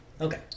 Okay